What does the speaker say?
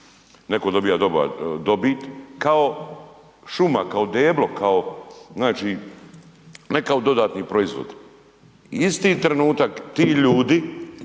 netko dobiva dobar dobit kao šuma, kao deblo, znači ne kao dodatni proizvod. Isti trenutak ti ljudi,